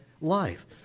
life